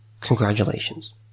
Congratulations